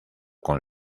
con